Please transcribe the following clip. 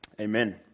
Amen